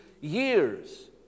years